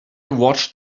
watched